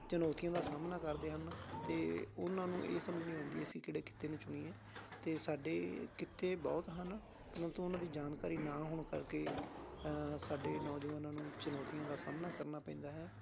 ਚੁਣੌਤੀਆਂ ਦਾ ਸਾਹਮਣਾ ਕਰਦੇ ਹਨ ਅਤੇ ਉਹਨਾਂ ਨੂੰ ਇਹ ਸਮਝ ਨਹੀਂ ਆਉਂਦੀ ਅਸੀਂ ਕਿਹੜੇ ਕਿੱਤੇ ਨੂੰ ਚੁਣੀਏ ਅਤੇ ਸਾਡੇ ਕਿੱਤੇ ਬਹੁਤ ਹਨ ਪਰੰਤੂ ਉਹਨਾਂ ਦੀ ਜਾਣਕਾਰੀ ਨਾ ਹੋਣ ਕਰਕੇ ਸਾਡੇ ਨੌਜਵਾਨਾਂ ਨੂੰ ਚੁਣੌਤੀਆਂ ਦਾ ਸਾਹਮਣਾ ਕਰਨਾ ਪੈਂਦਾ ਹੈ